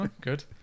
Good